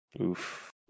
Oof